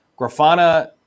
Grafana